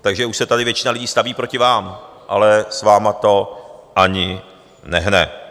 Takže už se tady většina lidí staví proti vám, ale s vámi to ani nehne.